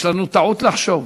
יש לנו טעות לחשוב,